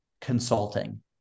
consulting